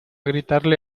gritarle